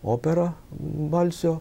operą balsio